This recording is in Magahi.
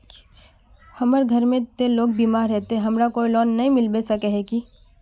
हमर घर में ते लोग बीमार है ते हमरा कोई लोन नय मिलबे सके है की?